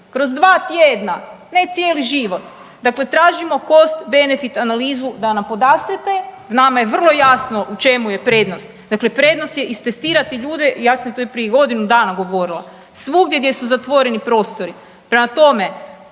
kroz dva tjedna, ne cijeli život, dakle tražimo cost benefit analizu da nam podastrete. Nama je vrlo jasno u čemu je prednost, dakle prednost je istestirati ljude. Ja sam to i prije godinu dana govorila, svugdje gdje su zatvoreni prostori. Prema tome,